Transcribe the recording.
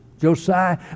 Josiah